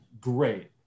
Great